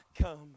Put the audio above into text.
Come